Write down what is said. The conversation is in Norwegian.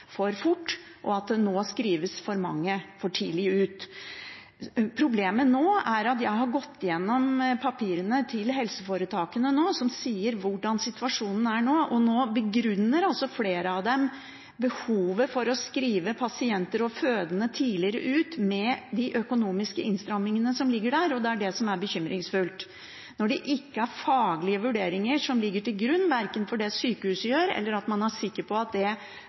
for fort, og at det nå utskrives for mange for tidlig. Jeg har gått igjennom papirene til helseforetakene som sier hvordan situasjonen er nå, og nå begrunner flere av dem behovet for å utskrive pasienter og fødende tidligere, med de økonomiske innstrammingene som foreligger, og det er det som er bekymringsfullt. Når det ikke er faglige vurderinger som ligger til grunn verken for det sykehuset gjør, eller for at man er sikker på at det